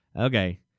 Okay